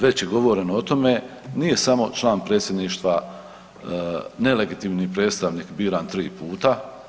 Već je govoreno o tome, nije samo član predsjedništva nelegitimni predstavnik biran 3 puta.